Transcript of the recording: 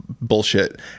bullshit